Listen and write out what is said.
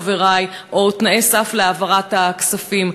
חברי,